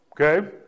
okay